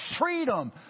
freedom